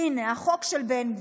הינה, החוק של בן גביר.